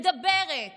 מדברת